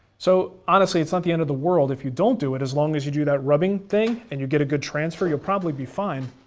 so honestly, it's not the end of the world if you don't do it as long as you do that rubbing thing, and you get a good transfer you'll probably be fine,